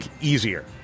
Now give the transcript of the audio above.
easier